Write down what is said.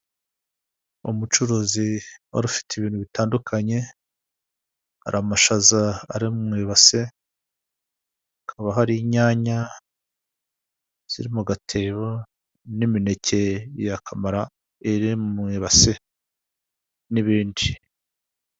Umucuruzi wari ufite ibintu bitandukanye, hari amashaza ari mu ibase hakaba hari inyanya ziri mu gatebo, n'imineke ya kamara iri mu ibase n'ibindi.